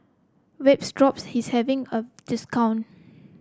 Vapodrops is having a discount